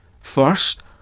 First